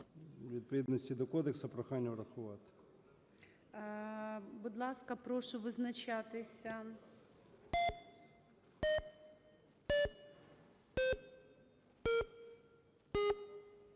відповідності до кодексу прохання врахувати.